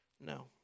No